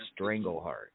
Strangleheart